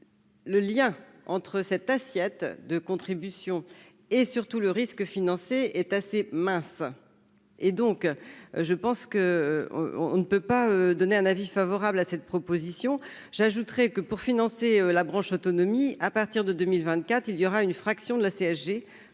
Le lien entre cette assiette de contribution et surtout le risque financé est assez mince et donc je pense que on on ne peut pas donner un avis favorable à cette proposition, j'ajouterai que pour financer la branche autonomie à partir de 2024 il y aura une fraction de la CSG,